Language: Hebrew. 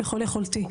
ככל יכולתי,